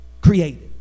created